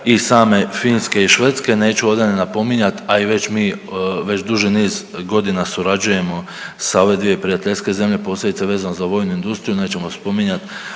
i same Finske i Švedske. Neću ovdje ni napominjat, a i već mi, već duži niz godina surađujemo sa ove dvije prijateljske zemlje, posebice vezano za vojnu industriju, nećemo spominjat